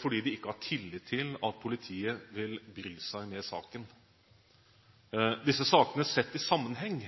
fordi de ikke har tillit til at politiet vil bry seg med saken. Disse sakene sett i sammenheng